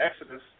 Exodus